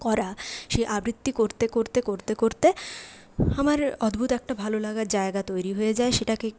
করা সেই আবৃত্তি করতে করতে করতে করতে আমার অদ্ভুত একটা ভালো লাগার জায়গা তৈরি হয়ে যায় সেটাকে